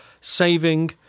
saving